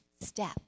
step